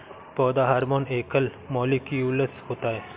पौधा हार्मोन एकल मौलिक्यूलस होता है